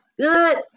Good